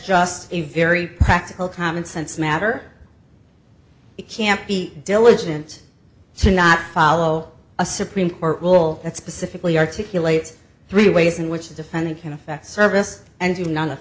just a very practical commonsense matter it can't be diligent to not follow a supreme court rule that specifically articulate three ways in which a defendant can affect service and none of